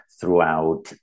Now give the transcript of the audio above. throughout